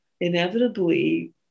inevitably